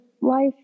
life